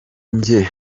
njye